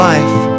Life